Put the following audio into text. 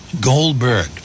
Goldberg